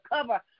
cover